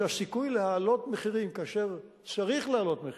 שהסיכוי להעלות מחירים כאשר צריך להעלות מחירים,